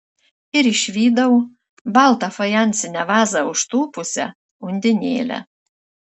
ir išvydau baltą fajansinę vazą užtūpusią undinėlę